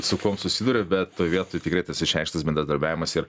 su kuom susiduria bet vietoj tikrai tas išreikštas bendradarbiavimas ir